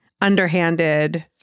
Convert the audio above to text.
underhanded